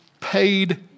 paid